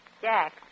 Jack